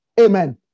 Amen